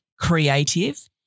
creative